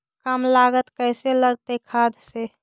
कम लागत कैसे लगतय खाद से?